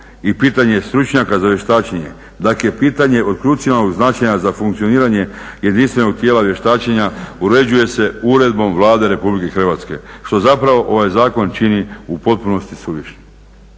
i pitanje stručnjaka za vještačenje dakle pitanje od krucijalnog značenja za funkcioniranje jedinstvenog tijela vještačenja uređuje se Uredbom Vlade RH. Što zapravo ovaj zakon čini u potpunosti suvišnim.